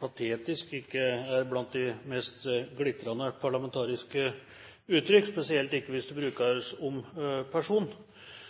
«patetisk» ikke er blant de mest glitrende parlamentariske uttrykk – spesielt ikke hvis